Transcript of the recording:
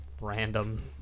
random